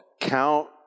Count